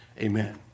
Amen